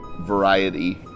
variety